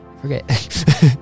Forget